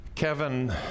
Kevin